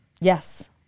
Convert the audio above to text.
Yes